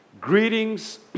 Greetings